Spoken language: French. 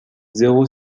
zéro